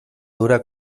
dura